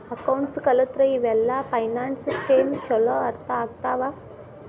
accounts ಕಲತ್ರ ಇವೆಲ್ಲ finance scheme ಚೊಲೋ ಅರ್ಥ ಆಗ್ತವಾ